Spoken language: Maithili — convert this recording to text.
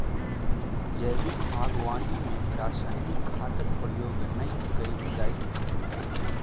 जैविक बागवानी मे रासायनिक खादक प्रयोग नै कयल जाइत छै